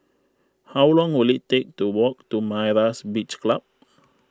how long will it take to walk to Myra's Beach Club